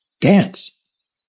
dance